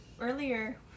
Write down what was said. earlier